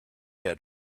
had